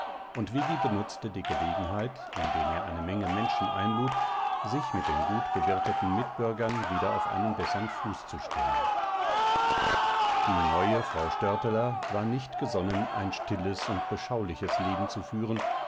und viggi benutzte die gelegenheit indem er eine menge menschen einlud sich mit den gut bewirteten mitbürgern wieder auf einen bessern fuß zu stellen die neue frau störteler war nicht gesonnen ein stilles und beschauliches leben zu führen